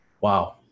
Wow